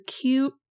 cute